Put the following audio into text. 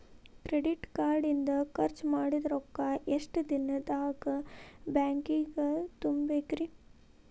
Credit card ಇಂದ್ ಖರ್ಚ್ ಮಾಡಿದ್ ರೊಕ್ಕಾ ಎಷ್ಟ ದಿನದಾಗ್ ಬ್ಯಾಂಕಿಗೆ ತುಂಬೇಕ್ರಿ?